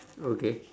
okay